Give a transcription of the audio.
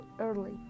early